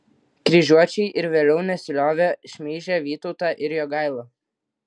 kryžiuočiai ir vėliau nesiliovė šmeižę vytautą ir jogailą